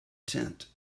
tent